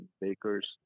bakers